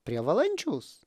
prie valančiaus